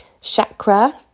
chakra